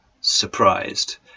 surprised